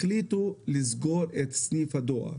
החליטו לסגור שם את סניף הדואר.